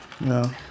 No